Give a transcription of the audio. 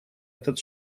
этот